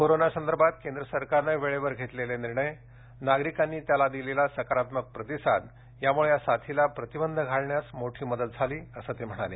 corona संदर्भात केंद्र सरकारनं वेळेवर घेतलेले निर्णय नागरिकांनी त्याला दिलेला सकारात्मक प्रतिसाद यामुळे या साथीला प्रतिबंध घालण्यास मोठी मदत झाली असल्याचं ते म्हणाले